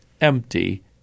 empty